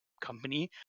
company